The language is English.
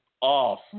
off